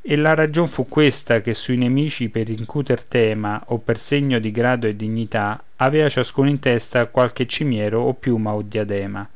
e la ragion fu questa che sui nemici per incuter tema o per segno di grado e dignità avea ciascuno in testa qualche cimiero o piuma o diadema